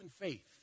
faith